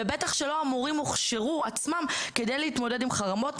ובטח שלא המורים הוכשרו עצמם כדי להתמודד עם חרמות,